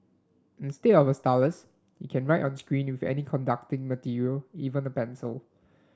instead of a stylus you can write on screen with any conducting material even a pencil